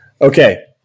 Okay